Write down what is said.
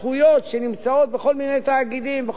ומכניסים את זה לתוך המינהל של המדינה.